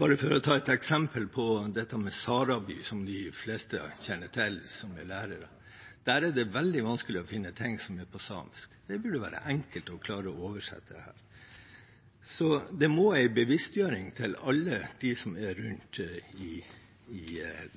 Bare for å ta et eksempel på dette: Salaby, som de fleste som er lærere, kjenner til. Der er det veldig vanskelig å finne ting som er på samisk. Det burde være enkelt å klare å oversette dette. Så det må en bevisstgjøring til – hos alle rundt om i